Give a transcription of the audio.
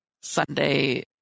Sunday